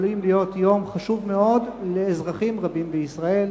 זה יכול להיות יום חשוב מאוד לאזרחים רבים בישראל.